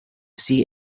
see